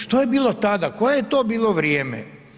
Što je bilo tada, koje je to bilo vrijeme?